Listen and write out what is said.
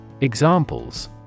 EXAMPLES